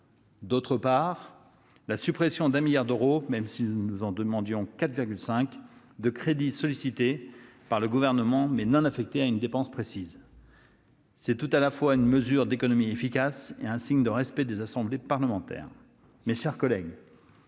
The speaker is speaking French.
Ensuite, la suppression de 1 milliard d'euros- même si nous demandions 4,5 milliards d'euros -de crédits sollicités par le Gouvernement, mais non affectés à une dépense précise. C'est tout à la fois une mesure d'économie efficace et un signe de respect des assemblées parlementaires. Mes chers collègues,